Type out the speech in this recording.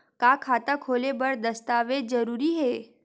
का खाता खोले बर दस्तावेज जरूरी हे?